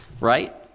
Right